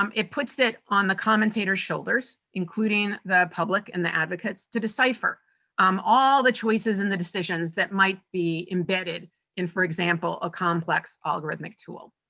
um it puts it on the commentators shoulders, including the public and the advocates, to decipher um all the choices and the decisions that might be embedded in, for example, a complex algorithmic tool.